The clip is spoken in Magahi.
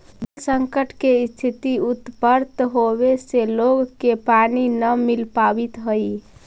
जल संकट के स्थिति उत्पन्न होवे से लोग के पानी न मिल पावित हई